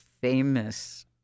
famous